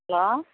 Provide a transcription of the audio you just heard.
hello